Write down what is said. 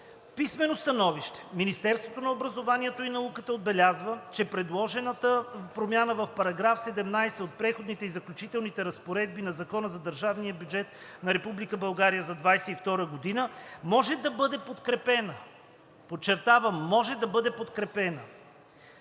писменото становище Министерството на образованието и науката отбелязва, че предложената промяна в § 17 от Преходните и заключителните разпоредби на Закона за държавния бюджет на Република България за 2022 г. може да бъде подкрепена – подчертавам, може да бъде подкрепена